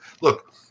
look